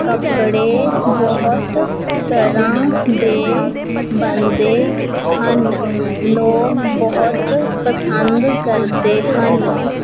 ਕੱਪੜੇ ਬਹੁਤ ਤਰ੍ਹਾਂ ਦੇ ਬਣਦੇ ਹਨ ਲੋਕ ਬਹੁਤ ਪਸੰਦ ਕਰਦੇ ਹਨ